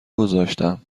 گذاشتم